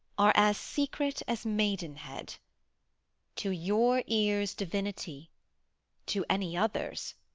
are as secret as maidenhead to your ears, divinity to any other's,